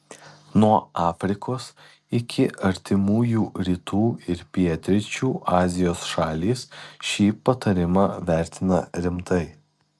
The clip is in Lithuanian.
nuo afrikos iki artimųjų rytų ir pietryčių azijos šalys šį patarimą vertina rimtai